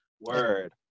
Word